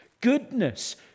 Goodness